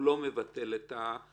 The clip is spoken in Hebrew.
הוא לא מבטל את ההכרה,